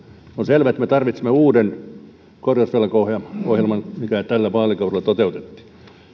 on selvää että me tarvitsemme uuden korjausvelkaohjelman kuin mikä tällä vaalikaudella toteutettiin ja